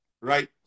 right